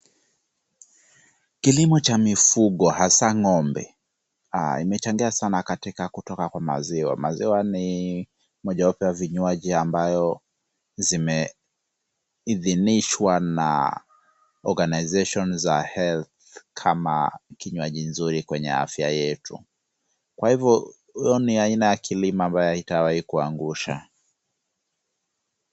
Kilimo cha mifugo hasa ng'ombe imechangia sana katika kutoka kwa maziwa. Maziwa ni mojwapo ya vinywaji ambayo zimeidhinishwa na organization za health kama kinywaji nzuri kwenye afya yetu. Kwa hivyo hiyo ni aina ya kilimo ambayo haitawahi kuangusha.